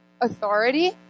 Authority